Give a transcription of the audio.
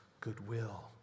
goodwill